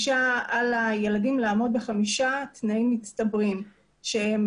על הילדים לעמוד 5 תנאים מצטברים שהם,